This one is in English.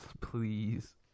please